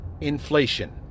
inflation